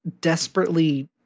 desperately